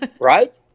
right